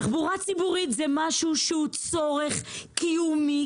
אם תחבורה ציבורית זה משהו שהוא צורך קיומי